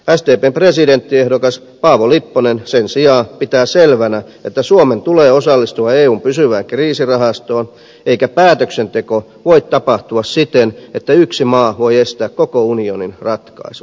sdpn presidenttiehdokas paavo lipponen sen sijaan pitää selvänä että suomen tulee osallistua eun pysyvään kriisirahastoon eikä päätöksenteko voi tapahtua siten että yksi maa voi estää koko unionin ratkaisut